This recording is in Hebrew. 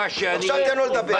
אני מדבר מה שאני מאמין בו.